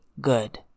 good